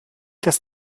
das